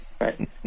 Right